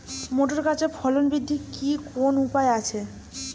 Motor গাছের ফলন বৃদ্ধির কি কোনো উপায় আছে?